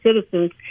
citizens